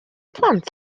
plant